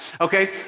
okay